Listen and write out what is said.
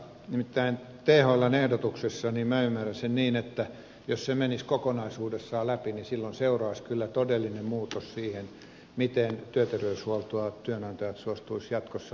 nimittäin thln ehdotuksesta minä ymmärsin niin että jos se menisi kokonaisuudessaan läpi niin silloin seuraisi kyllä todellinen muutos siihen miten työterveyshuoltoa työnantajat suostuisivat jatkossa harrastamaan